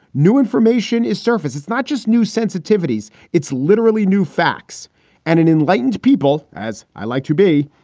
new information is surface. it's not just new sensitivities. it's literally new facts and an enlightened people as i like to be.